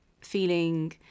feeling